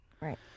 Right